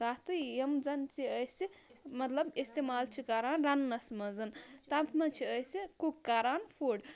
کَتھ یِم زَن زِ أسہِ مطلب اِستعمال چھِ کَران رَنٛنَس منٛز تَتھ مَنٛز چھِ أسۍ کُک کَران فُڈ